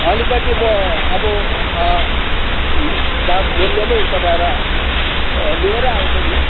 अलिकति म अब म दाम मूल्य नै पठाएर म लिएरै आउँछु नि